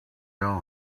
tell